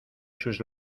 sus